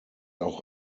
auch